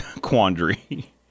quandary